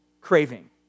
craving